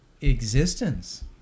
existence